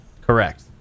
Correct